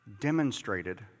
demonstrated